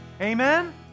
Amen